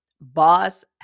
Boss